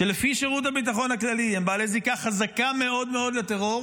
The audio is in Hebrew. שלפי שירות הביטחון הכללי הם בעלי זיקה חזקה מאוד מאוד לטרור,